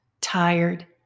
tired